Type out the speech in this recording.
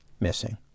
missing